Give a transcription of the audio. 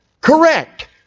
Correct